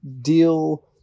deal –